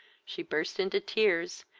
she burst into tears,